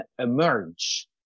emerge